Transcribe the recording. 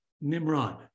Nimrod